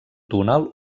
túnel